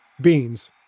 Beans